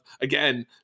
again